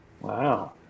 Wow